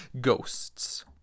ghosts